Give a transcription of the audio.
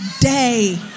day